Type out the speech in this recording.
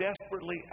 desperately